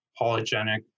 polygenic